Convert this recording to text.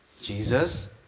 Jesus